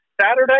Saturday